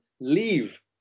leave